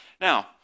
Now